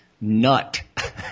nut